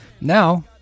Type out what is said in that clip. Now